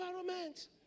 environment